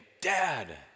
dad